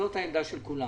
זאת העמדה של כולם.